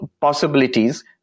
possibilities